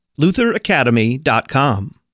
lutheracademy.com